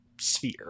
Sphere